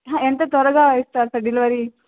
ఎంత త్వరగా ఇస్తారు సార్ డెలివరీ